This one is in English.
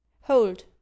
hold